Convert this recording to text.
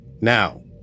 Now